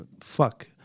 fuck